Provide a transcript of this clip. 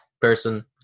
person